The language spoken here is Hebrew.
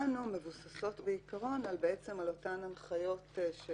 שקראנו מבוססות בעיקרון על אותן הנחיות גם